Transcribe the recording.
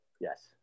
Yes